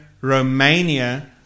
Romania